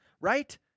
right